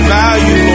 value